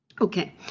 Okay